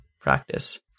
practice